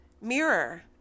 mirror